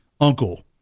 uncle